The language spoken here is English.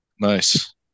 Nice